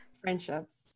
friendships